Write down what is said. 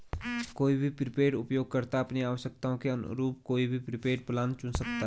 कोई भी प्रीपेड उपयोगकर्ता अपनी आवश्यकताओं के अनुरूप कोई भी प्रीपेड प्लान चुन सकता है